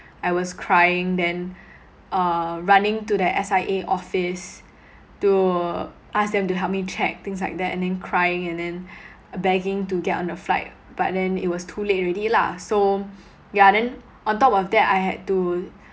I was crying then uh running to the S_I_A office to ask them to help me check things like that and then crying and then begging to get on a flight but then it was too late already lah so yeah then on top of that I had to